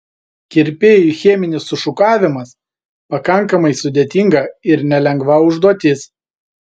kirpėjui cheminis sušukavimas pakankamai sudėtinga ir nelengva užduotis